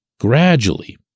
gradually